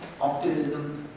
optimism